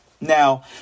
Now